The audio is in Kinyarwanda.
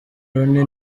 rooney